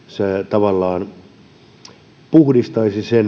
tavallaan puhdistaisivat